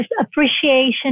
appreciation